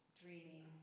dreaming